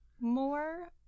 more